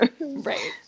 Right